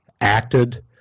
acted